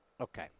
Okay